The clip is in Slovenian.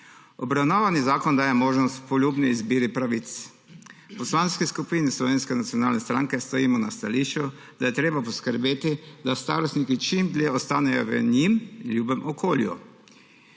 Obravnavani zakon daje možnost poljubni izbiri pravic. V Poslanski skupini Slovenske nacionalne stranke stojimo na stališču, da je treba poskrbeti, da starostniki čim dlje ostanejo v njim ljubem okolju,